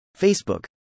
Facebook